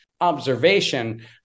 observation